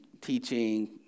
teaching